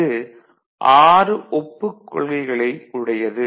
அது 6 ஒப்புக் கொள்கைகளை உடையது